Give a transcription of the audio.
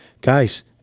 Guys